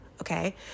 okay